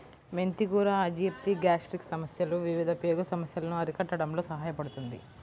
మెంతి కూర అజీర్తి, గ్యాస్ట్రిక్ సమస్యలు, వివిధ పేగు సమస్యలను అరికట్టడంలో సహాయపడుతుంది